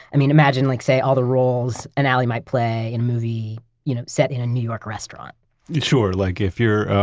i mean, imagine, like say, all the roles an alley might play in a movie you know set in a new york restaurant sure, like if you're